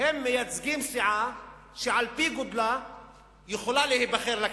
הם מייצגים סיעה שעל-פי גודלה יכולה להיבחר לכנסת.